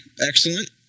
excellent